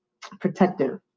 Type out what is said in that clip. protective